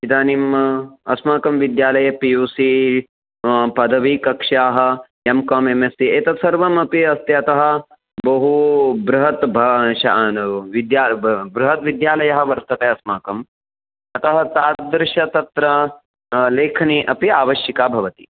इदानीम् अस्माकं विद्यालये पि यु सी पदवीकक्ष्याः M com M S C एतत् सर्वमपि अस्ति अतः बहु बृहत् ब श विद्या बृहत् विद्यालयः वर्तते अस्माकम् अतः तादृशी तत्र लेखनी अपि आवश्यकी भवति